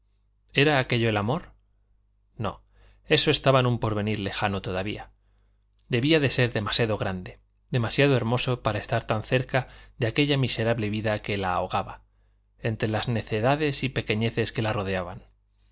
era aquello el amor no eso estaba en un porvenir lejano todavía debía de ser demasiado grande demasiado hermoso para estar tan cerca de aquella miserable vida que la ahogaba entre las necedades y pequeñeces que la rodeaban